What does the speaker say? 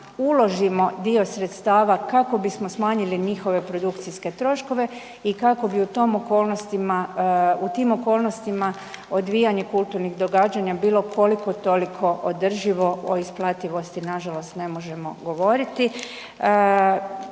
uložimo dio sredstava kako bismo smanjili njihove produkcijske troškove i kako bi u tom okolnostima, u tim okolnostima odvijanje kulturnih događanja bilo koliko toliko održivo, o isplativosti nažalost ne možemo govoriti.